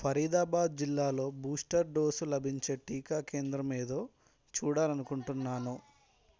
ఫరీదాబాద్ జిల్లాలో booster dose లభించే టీకా కేంద్రం ఏదో చూడాలనుకుంటున్నాను